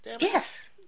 Yes